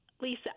Lisa